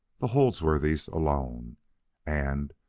the holdsworthys, alone and,